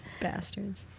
bastards